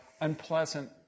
unpleasant